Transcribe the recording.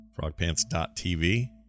Frogpants.tv